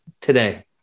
today